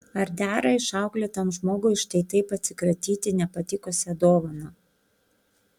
ar dera išauklėtam žmogui štai taip atsikratyti nepatikusia dovana